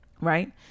Right